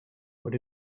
what